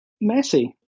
messy